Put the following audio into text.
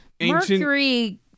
mercury